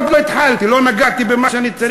עוד לא התחלתי, עוד לא נגעתי במה שאני צריך לנגוע.